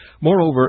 Moreover